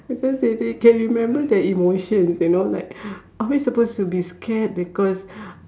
because they they can remember the emotions you know like are we supposed to be scared because